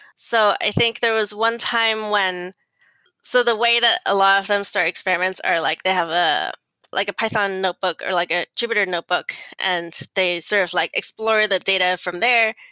so i think there was one time when so the way that a lot of them start experiments are like they have ah like a python notebook or like a jupyter notebook and they sort of like explore the data from there.